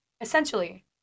Essentially